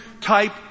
type